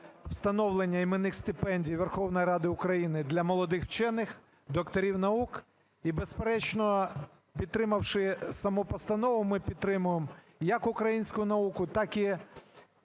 встановлення іменних стипендій Верховної Ради України для молодих вчених – докторів наук. І безперечно, підтримавши саму постанову, ми підтримуємо як українську науку, так і